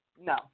no